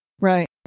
Right